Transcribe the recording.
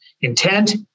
intent